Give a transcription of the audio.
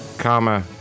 karma